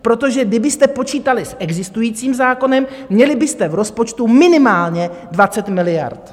Protože kdybyste počítali s existujícím zákonem, měli byste v rozpočtu minimálně 20 miliard.